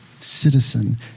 citizen